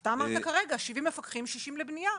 אתה אמרת כרגע, 70 מפקחים 70 לבנייה.